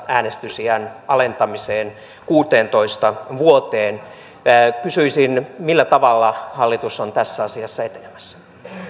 äänestysiän alentamiseen kuuteentoista vuoteen kuntavaaleissa kysyisin millä tavalla hallitus on tässä asiassa etenemässä